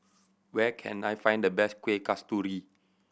where can I find the best Kuih Kasturi